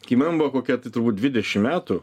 kai man buvo kokie tai turbūt dvidešim metų